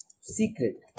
secret